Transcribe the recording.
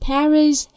Paris